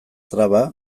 traba